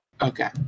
Okay